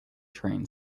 train